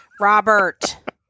Robert